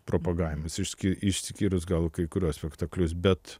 propagavimas išskyrus gal kai kuriuos spektaklius bet